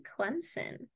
Clemson